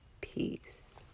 peace